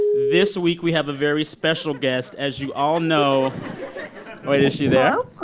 this week, we have a very special guest, as you all know wait, is she there?